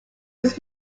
was